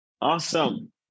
Awesome